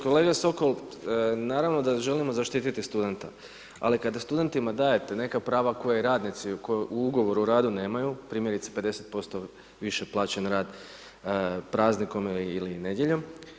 Kolega Sokol, naravno da želimo zaštiti studente, ali kad studentima dajete neka prava koje radnici u ugovoru o radu nemaju primjerice 50% više plaćen rad praznikom ili nedjeljom.